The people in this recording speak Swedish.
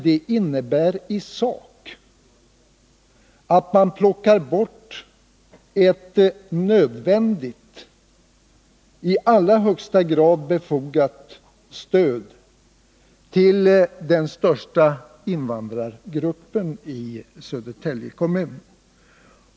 Det innebär i sak att man plockar bort ett nödvändigt och i allra högsta grad befogat stöd till den största invandrargruppen i Södertälje kommun.